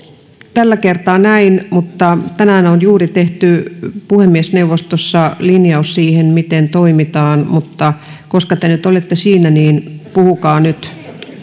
tällä kertaa näin mutta tänään on juuri tehty puhemiesneuvostossa linjaus siitä miten toimitaan koska te nyt olette siinä niin puhukaa nyt